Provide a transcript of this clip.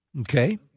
okay